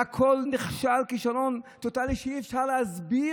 והכול נכשל כישלון טוטלי שאי-אפשר להסביר,